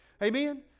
Amen